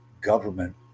government